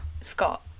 Scott